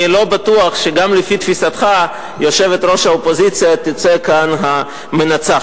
אני לא בטוח שגם לפי תפיסתך יושבת-ראש האופוזיציה תצא כאן המנצחת.